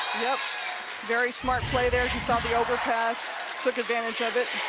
yeah very smart play there she saw the overpass, took advantage of it